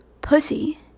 pussy